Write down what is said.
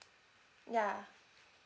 ya